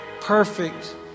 perfect